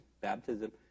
baptism